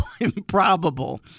improbable